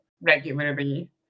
regularly